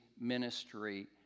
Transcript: ministry